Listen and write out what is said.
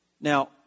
Now